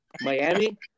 Miami